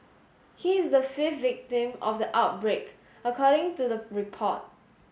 he is the fifth victim of the outbreak according to the report